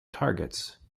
targets